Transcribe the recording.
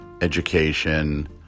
education